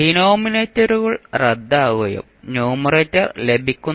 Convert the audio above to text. ഡിനോമിനേറ്ററുകൾ റദ്ദാക്കുകയും ന്യൂമറേറ്റർ ലഭിക്കുന്നത്